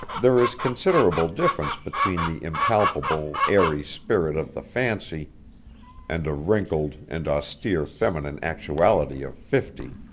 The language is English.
there is considerable difference between the impalpable, airy spirit of the fancy and a wrinkled and austere feminine actuality of fifty.